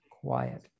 quiet